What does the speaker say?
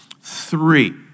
Three